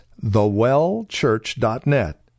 thewellchurch.net